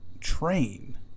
train